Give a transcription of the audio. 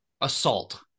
Assault